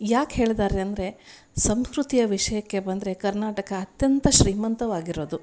ಯಾಕೆ ಹೇಳಿದ್ದಾರೆ ಅಂದರೆ ಸಂಸ್ಕೃತಿಯ ವಿಷಯಕ್ಕೆ ಬಂದರೆ ಕರ್ನಾಟಕ ಅತ್ಯಂತ ಶ್ರೀಮಂತವಾಗಿರೋದು